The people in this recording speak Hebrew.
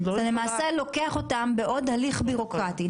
זה למעשה לוקח אותם בעוד הליך בירוקרטי.